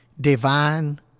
Divine